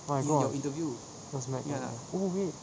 my gosh that was mad you oh wait